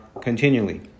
continually